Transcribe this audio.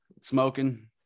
smoking